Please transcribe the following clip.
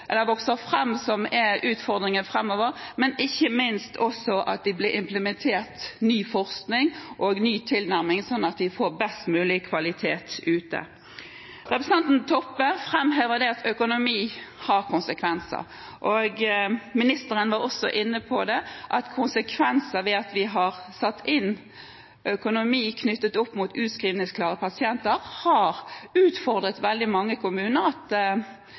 fram og blir utfordringer framover, men ikke minst også et ansvar for å sørge for at ny forskning og en ny tilnærming blir implementert, sånn at det blir best mulig kvalitet. Representanten Toppe framhever at økonomi har konsekvenser. Ministeren var også inne på konsekvensene av at vi har satt inn økonomi knyttet til utskrivningsklare pasienter, og at det har utfordret veldig mange kommuner at